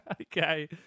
Okay